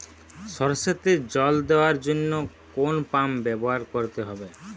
সরষেতে জল দেওয়ার জন্য কোন পাম্প ব্যবহার করতে হবে?